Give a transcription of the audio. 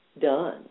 done